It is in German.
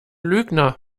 lügner